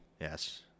Yes